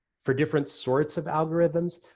for different sorts of algorithms.